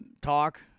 talk